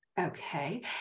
Okay